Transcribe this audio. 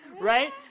right